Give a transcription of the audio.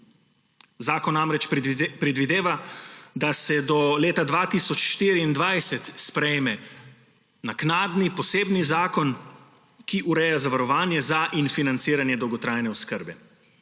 Zakon namreč predvideva, da se do leta 2024 sprejme naknadni, posebni zakon, ki ureja zavarovanje za in financiranje dolgotrajne oskrbe.